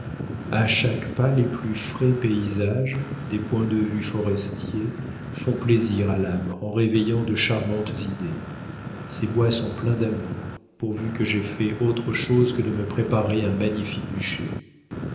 a chaque pas les plus frais paysages des points de vue forestiers font plaisir à l'âme en réveillant de charmantes idées ces bois sont pleins d'amour pourvu que j'aie fait autre chose que de me préparer un magnifique